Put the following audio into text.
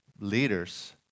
leaders